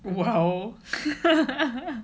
!wow!